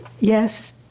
yes